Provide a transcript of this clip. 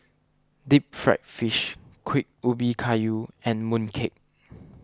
Deep Fried Fish Kuih Ubi Kayu and Mooncake